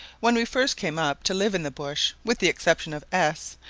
when we first came up to live in the bush, with the exception of s,